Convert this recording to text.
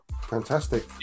fantastic